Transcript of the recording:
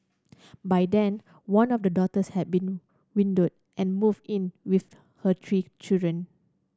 by then one of the daughters had been widowed and moved in with her three children